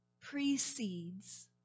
precedes